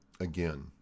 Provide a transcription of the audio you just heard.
again